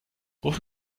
ruf